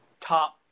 top